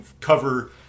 cover